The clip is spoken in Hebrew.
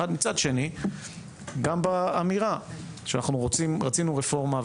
ומצד שני גם באמירה שאנחנו רצינו רפורמה,